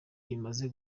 imaze